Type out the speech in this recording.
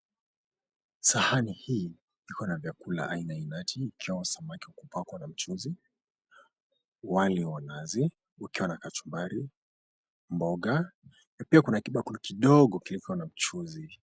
Sahani hii iko na vyakula aina ainati ikiwa samaki wa kupakwa na mchuzi, wali wa nazi ukiwa na kachumbari, mboga na pia kuna kibakuli kidogo kilicho na mchuzi.